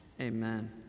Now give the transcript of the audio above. Amen